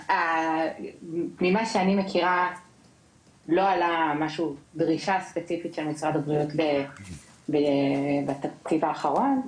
ממה שאני מכירה לא עלתה דרישה ספציפית של משרד הבריאות בתקציב האחרון,